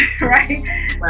right